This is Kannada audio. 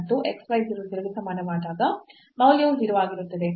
ಮತ್ತು xy 0 0 ಗೆ ಸಮಾನವಾದಾಗ ಮೌಲ್ಯವು 0 ಆಗಿರುತ್ತದೆ